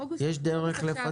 מה את אומרת, נעם דן?